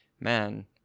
man